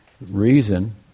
reason